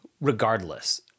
regardless